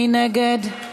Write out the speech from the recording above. מי נגד?